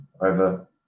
over